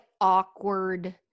awkward